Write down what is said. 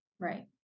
Right